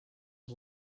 was